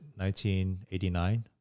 1989